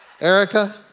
Erica